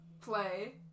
play